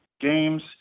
games